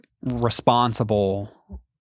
responsible